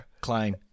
Klein